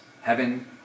heaven